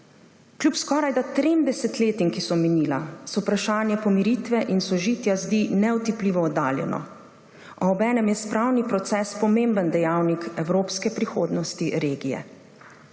Kljub skorajda trem desetletjem, ki so minila, se vprašanje pomiritve in sožitja zdi neotipljivo oddaljeno, a obenem je spravni proces pomemben dejavnik evropske prihodnosti regije.